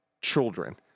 children